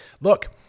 look